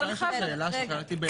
אפשר לשאול שאלה ששאלתי בתחילת הדיון?